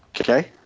Okay